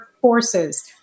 forces